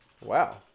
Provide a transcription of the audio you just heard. Wow